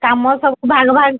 କାମ ସବୁ ଭାଗ ଭାଗ